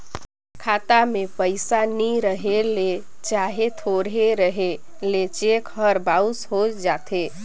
खाता में पइसा नी रहें ले चहे थोरहें रहे ले चेक हर बाउंस होए जाथे